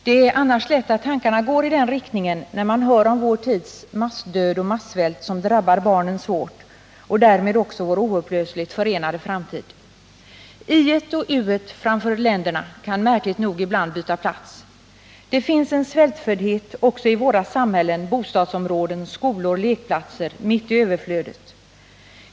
Det är annars lätt att tankarna går i den riktningen när man hör om vår tids massdöd och massvält, som drabbar barnen svårt, och därmed också i-ländernas och u-ländernas oupplösligt förenade framtid. I-et och u-et framför länderna kan märkligt nog ibland byta plats. Det finns en svältföddhet också i våra samhällen, bostadsområden, skolor, lekplatser, mitt i överflödet.